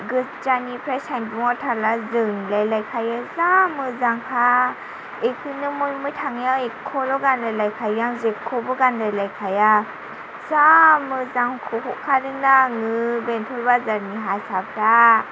गोजाननिफ्राय सान्दुंआव थाबा जोंलायलायखायो जा मोजांखा बेखौनो बहाबा थांनायाव बेखौल' गानलायलायखायो आं जेखौबो गानलायलायखाया जा मोजांखौ हरखादोंना आंनो बेंतल बाजारनि हारसाफ्रा